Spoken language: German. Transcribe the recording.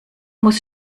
muss